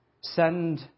send